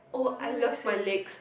doesn't make sense